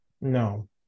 No